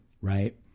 right